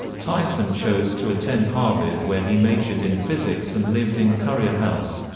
tyson chose to attend harvard where he majored in physics and lived in currier house.